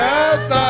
Yes